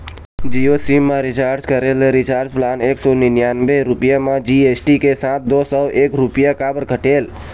Jio SIM मा recharge करे ले रिचार्ज प्लान एक सौ निन्यानबे रुपए मा जी.एस.टी के साथ दो सौ एक रुपया काबर कटेल?